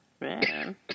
Man